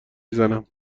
میزنم